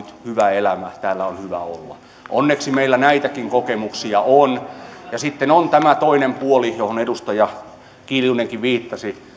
hyvä elämä täällä on hyvä olla onneksi meillä näitäkin kokemuksia on sitten on tämä toinen puoli johon edustaja kiljunenkin viittasi